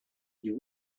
you